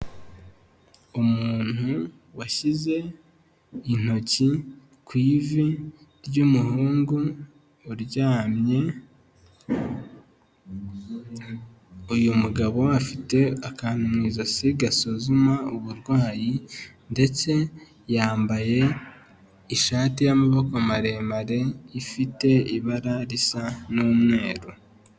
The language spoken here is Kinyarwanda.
Umuntu washyize intoki ku ivi ry'umuhungu uryamye, uyu mugabo afite akantu mu ijosi gasuzuma uburwayi ndetse yambaye ishati y'amaboko maremare ifite ibara risa n'umweru.